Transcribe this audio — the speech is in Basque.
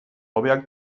hobeak